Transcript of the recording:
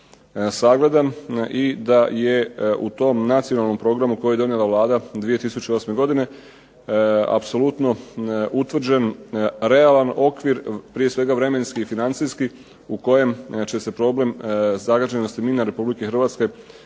sagledan i da je u tom nacionalnom programu koji je donijela Vlada 2008. godine apsolutno utvrđen realan okvir, prije svega vremenski i financijski u kojem će se problem zagađenosti mina Republike Hrvatske